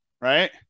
right